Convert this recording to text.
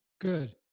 good